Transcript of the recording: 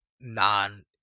non